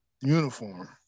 uniform